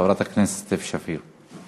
חברת הכנסת סתיו שפיר.